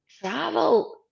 travel